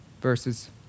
verses